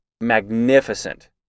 magnificent